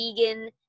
vegan